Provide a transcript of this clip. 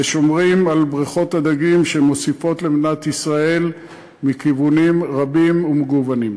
ושומרים על בריכות הדגים שמוסיפות למדינת ישראל מכיוונים רבים ומגוונים.